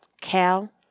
Cal